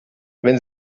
wenn